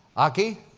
aki,